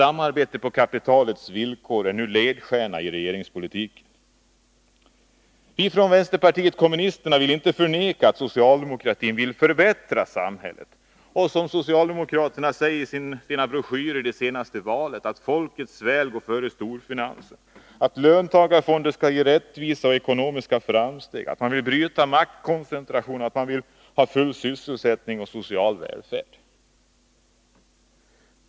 Samarbete på kapitalets villkor är nu ledstjärna i regeringspolitiken. Vi från vänsterpartiet kommunisterna vill inte förneka att socialdemokraterna vill förbättra samhället eller att de står fast vid det som framfördes i broschyrerna i samband med det senaste valet, dvs. att folkets väl går före storfinansens, att löntagarfonder skall ge rättvisa och ekonomiska framsteg, att de vill bryta maktkoncentrationen och att de vill ha full sysselsättning och social välfärd.